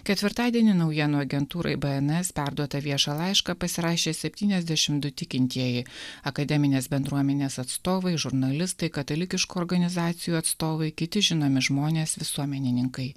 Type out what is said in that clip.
ketvirtadienį naujienų agentūrai bns perduotą viešą laišką pasirašė septyniasdešim du tikintieji akademinės bendruomenės atstovai žurnalistai katalikiškų organizacijų atstovai kiti žinomi žmonės visuomenininkai